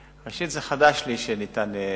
ראשית, זה חדש לי, שניתן.